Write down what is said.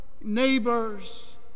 neighbors